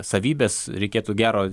savybes reikėtų gero